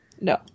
No